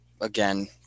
again